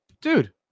dude